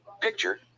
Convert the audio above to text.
Picture